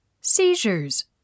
Seizures